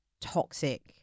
toxic